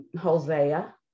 Hosea